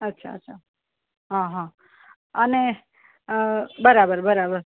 અચ્છા અચ્છ હા હા અને બરાબર બરાબર